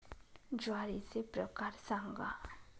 ज्वारीचे प्रकार सांगा